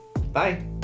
Bye